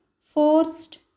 forced